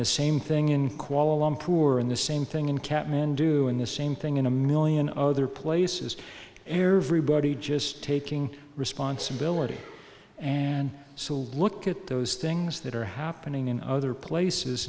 the same thing in kuala lumpur in the same thing in katmandu in the same thing in a million other places air everybody just taking responsibility and so look at those things that are happening in other places